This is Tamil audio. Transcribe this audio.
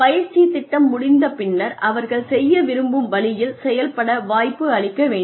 பயிற்சித் திட்டம் முடிந்த பின்னர் அவர்கள் செய்ய விரும்பும் வழியில் செயல்பட வாய்ப்பு அளிக்க வேண்டும்